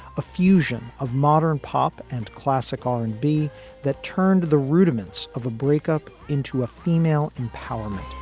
a fusion of modern pop and classic r and b that turned to the rudiments of a breakup into a female empowerment